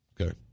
Okay